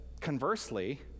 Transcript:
conversely